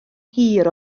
hir